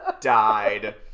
died